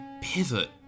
pivot